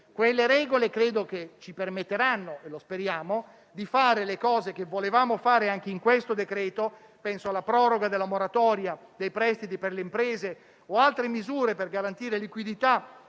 quelle regole ci permetteranno - lo speriamo - di fare le cose che volevamo fare anche in questo decreto-legge (penso alla proroga della moratoria dei prestiti per le imprese o ad altre misure per garantire liquidità